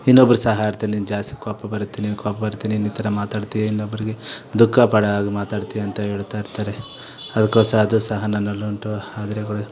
ಇನ್ನೊಬ್ರು ಸಹ ಹೇಳ್ತ್ರು ನಿಂಗೆ ಜಾಸ್ತಿ ಕೋಪ ಬರುತ್ತೆ ನೀನು ಕೋಪ ಬರುತ್ತೆ ನೀನು ಈ ಥರ ಮಾತಾಡ್ತಿ ಇನ್ನೊಬ್ಬರಿಗೆ ದುಃಖ ಪಡೋ ಹಾಗೆ ಮಾತಾಡ್ತಿ ಅಂತ ಹೇಳ್ತಾಯಿರ್ತಾರೆ ಅದಕ್ಕೋಸ್ಕರ ಅದು ಸಹ ನನ್ನಲ್ಲುಂಟು